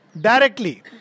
Directly